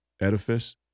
edifice